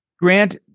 Grant